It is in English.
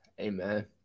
Amen